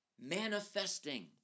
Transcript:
manifesting